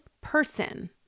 person